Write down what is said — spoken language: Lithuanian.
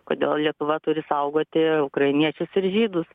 kodėl lietuva turi saugoti ukrainiečius ir žydus